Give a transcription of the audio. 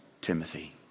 Timothy